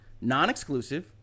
non-exclusive